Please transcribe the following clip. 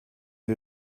wir